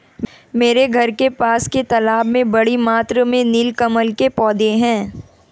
मेरे घर के पास के तालाब में बड़ी मात्रा में नील कमल के पौधें हैं